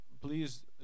please